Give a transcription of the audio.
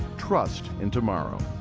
trust in tomorrow.